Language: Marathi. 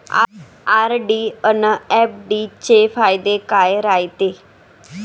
आर.डी अन एफ.डी चे फायदे काय रायते?